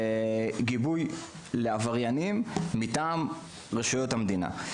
הגיבוי לעבריינים מטעם רשויות המדינה.